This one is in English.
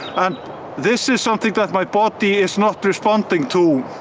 and this is something that my body is not responding to